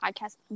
podcast